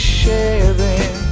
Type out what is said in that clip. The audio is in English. sharing